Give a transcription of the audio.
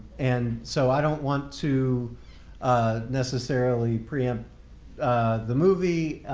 and so i don't want to ah necessarily preempt the movie.